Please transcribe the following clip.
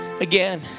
again